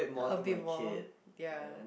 a bit more ya